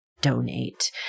donate